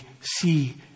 see